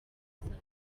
zayo